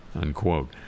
unquote